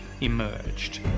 emerged